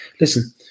listen